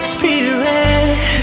Spirit